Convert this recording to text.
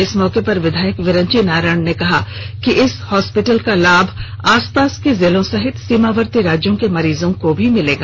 इस मौके पर विधायक बिरंचि नारायण ने कहा कि इस हॉस्पिटल का लाभ आसपास के जिले सहित सीमावर्ती राज्यों के मरीजों को मिलेगा